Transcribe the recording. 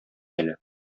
әле